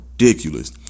ridiculous